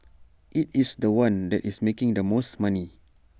IT is The One that is making the most money